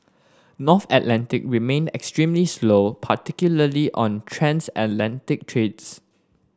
North Atlantic remained extremely slow particularly on the transatlantic trades